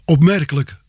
Opmerkelijk